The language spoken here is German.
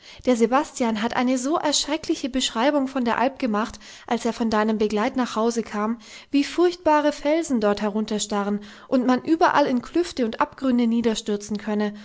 der sebastian hat eine so erschreckliche beschreibung von der alp gemacht als er von deinem begleit nach hause kam wie furchtbare felsen dort herunterstarren und man überall in klüfte und abgründe niederstürzen könne